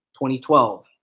2012